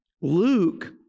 Luke